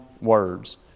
words